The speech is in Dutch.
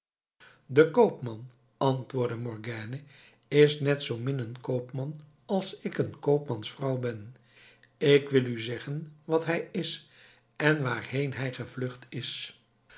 de koopman antwoordde morgiane is net zoo min een koopman als ik een koopmansvrouw ben ik wil u zeggen wat hij is en waarheen hij gevlucht is